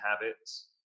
habits